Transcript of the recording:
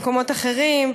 במקומות אחרים.